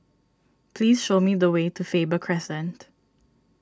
please show me the way to Faber Crescent